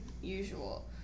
usual